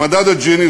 במדד ג'יני,